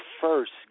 first